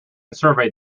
surveyed